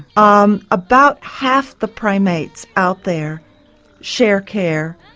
um about half the primates out there share care,